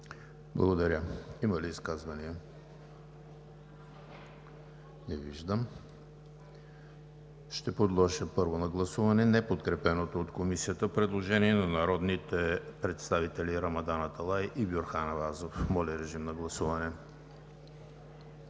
Николов. Има ли изказвания? Не виждам. Ще подложа на гласуване неподкрепеното от Комисията предложение на народните представители Рамадан Аталай и Бюрхан Абазов. Гласували